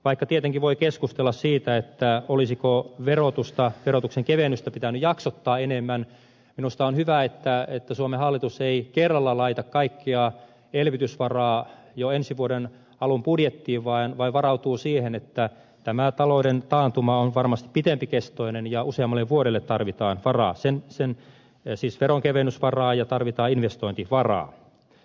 vaikka tietenkin voi keskustella siitä olisiko verotuksen kevennystä pitänyt jaksottaa enemmän minusta on hyvä että suomen hallitus ei kerralla laita kaikkea elvytysvaraa jo ensi vuoden alun budjettiin vaan varautuu siihen että tämä talouden taantuma on varmasti pitempikestoinen ja useammalle vuodelle tarvitaan veronkevennysvaraa ja investointivaraa